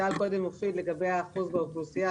שאל קודם חבר הכנסת מרעי לגבי האחוז באוכלוסייה.